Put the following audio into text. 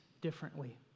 differently